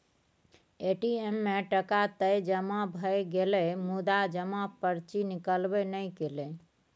ATM मे टका तए जमा भए गेलै मुदा जमा पर्ची निकलबै नहि कएलै